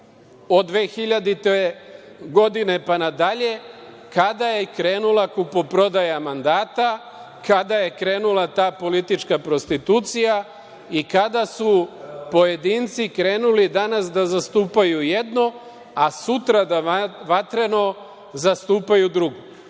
od 2000. godine pa nadalje, kada je krenula kupoprodaja mandata, kada je krenula ta politička prostitucija i kada su pojedinci krenuli danas da zastupaju jedno, a sutra da vatreno zastupaju drugo. Na